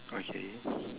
okay